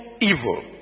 evil